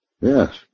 Yes